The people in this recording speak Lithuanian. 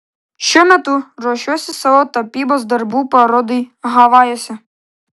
šiuo metu ruošiuosi savo tapybos darbų parodai havajuose